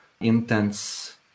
intense